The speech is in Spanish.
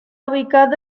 ubicado